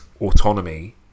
autonomy